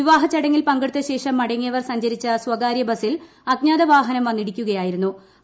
വിവാഹ ചടങ്ങിൽ പങ്കെടുത്ത ശേഷം മടങ്ങിയവർ സഞ്ചരിച്ചു സ്വകാര്യ ബസിൽ അജ്ഞാത വാഹനം വന്നിടിക്കുകയായ്ട്ടിരുന്നു